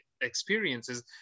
experiences